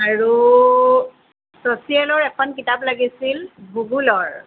আৰু চ'চিয়েলৰ এখন কিতাপ লাগিছিল ভূগোলৰ